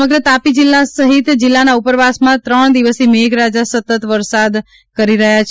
સમગ્ર તાપી જિલ્લા સહિત જિલ્લા ના ઉપરવાસમાં ત્રણ દિવસ થી મેઘરાજા સતત વરસાદ થઇ રહ્યો છે